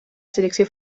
selecció